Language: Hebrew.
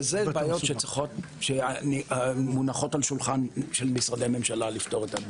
וזה בעיות שמונחות על שולחן משרדי הממשלה שעליהם לפתור.